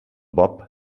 bob